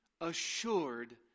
assured